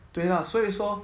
对啦所以说